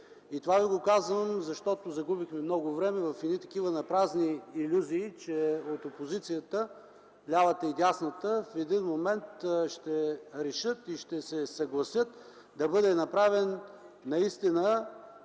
Казвам това, защото загубихме много време в напразни илюзии, че от опозицията – лявата и дясната, в един момент ще решат и ще се съгласят да бъде направен